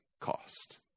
cost